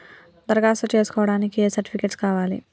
దరఖాస్తు చేస్కోవడానికి ఏ సర్టిఫికేట్స్ కావాలి?